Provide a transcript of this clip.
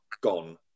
gone